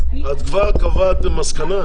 את כבר קבעת מסקנה?